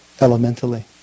elementally